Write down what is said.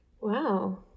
Wow